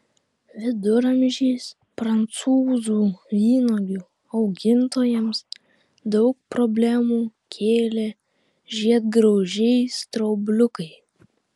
viduramžiais prancūzų vynuogių augintojams daug problemų kėlė žiedgraužiai straubliukai